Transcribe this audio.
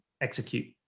execute